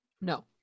No